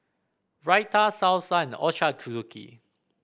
Raita Salsa and Ochazuke